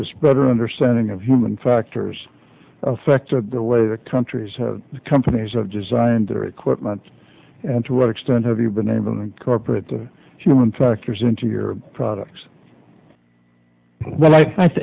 this better understanding of human factors affect the way the country's companies are designed their equipment and to what extent have you been able to incorporate the human factors into your products well i